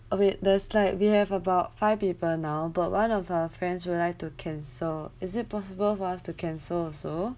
uh wait there's like we have about five people now but one of our friends would like to cancel is it possible for us to cancel also